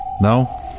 No